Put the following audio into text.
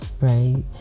Right